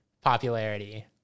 popularity